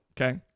okay